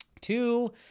two